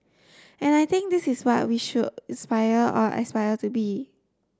and I think this is what we all should inspire or aspire to be